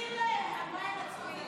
תסביר להם על מה הם מצביעים.